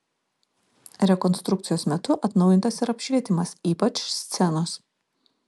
rekonstrukcijos metu atnaujintas ir apšvietimas ypač scenos